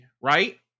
Right